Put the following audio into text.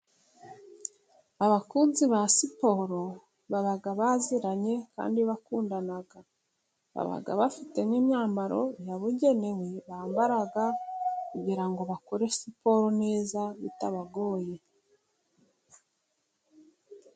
Abakunzi ba siporo baba baziranye kandi bakundana, baba bafite n'imyambaro yabugenewe bambara, kugira ngo bakore siporo neza bitabagoye.